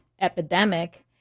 epidemic